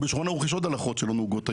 בשולחן ערוך יש עוד הלכות שלא נהוגות היום.